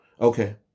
Okay